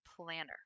planner